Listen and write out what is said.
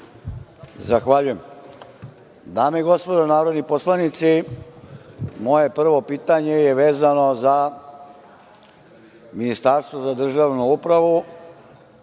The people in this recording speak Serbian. Zahvaljujem. Dame i gospodo narodni poslanici, moje prvo pitanje je vezano za Ministarstvo za državnu upravu